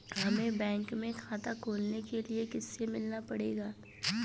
हमे बैंक में खाता खोलने के लिए किससे मिलना पड़ेगा?